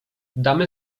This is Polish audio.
damy